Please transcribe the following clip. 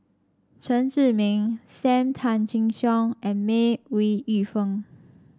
Chen Zhiming Sam Tan Chin Siong and May Ooi Yu Fen